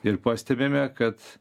ir pastebime kad